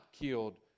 killed